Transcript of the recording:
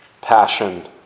passion